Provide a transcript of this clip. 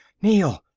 neel!